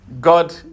God